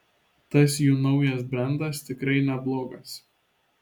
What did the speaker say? tas jų naujas brendas tikrai neblogas